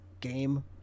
game